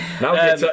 Now